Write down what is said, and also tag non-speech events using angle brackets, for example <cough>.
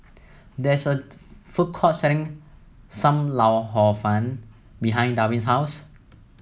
there is a food <unintelligible> court selling Sam Lau Hor Fun behind Darwin's house